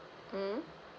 mm